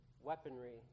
weaponry